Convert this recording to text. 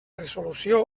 resolució